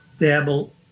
dabble